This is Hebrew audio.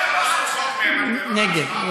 נגד.